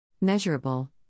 measurable